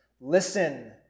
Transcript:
listen